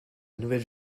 nouvelle